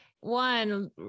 One